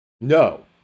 No